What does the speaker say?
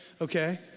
Okay